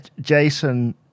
Jason